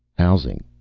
housing,